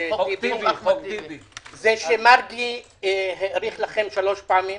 זה שמרגי האריך לכם שלוש פעמים?